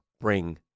bring